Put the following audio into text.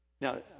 now